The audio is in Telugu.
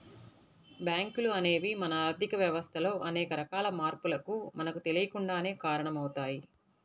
బ్యేంకులు అనేవి మన ఆర్ధిక వ్యవస్థలో అనేక రకాల మార్పులకు మనకు తెలియకుండానే కారణమవుతయ్